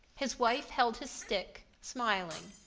his wife held his stick, smiling.